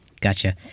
gotcha